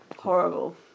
Horrible